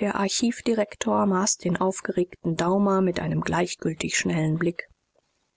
der archivdirektor maß den aufgeregten daumer mit einem gleichgültig schnellen blick